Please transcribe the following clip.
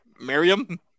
Miriam